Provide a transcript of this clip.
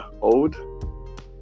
old